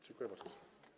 Dziękuję bardzo.